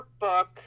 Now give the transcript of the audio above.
workbook